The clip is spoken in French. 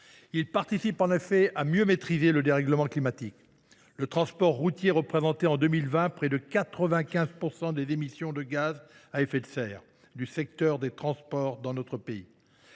Il participe en effet à mieux maîtriser le dérèglement climatique. En 2020, le transport routier représentait près de 95 % des émissions de gaz à effet de serre du secteur des transports dans notre pays.